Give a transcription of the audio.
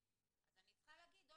אז אני צריכה להגיד,